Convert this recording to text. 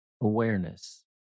awareness